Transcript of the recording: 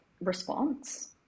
response